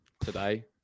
today